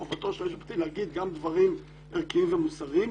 מחובתו של היועץ המשפטי להגיד גם דברים ערכיים ומוסריים,